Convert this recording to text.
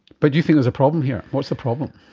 but you think there's a problem here. what's the problem?